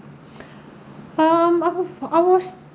um I was I was